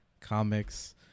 comics